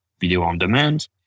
video-on-demand